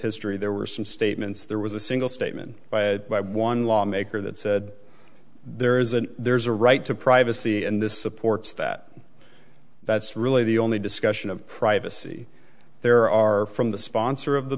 history there were some statements there was a single statement by it by one lawmaker that said there is an there's a right to privacy in this supports that that's really the only discussion of privacy there are from the sponsor of the